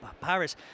Paris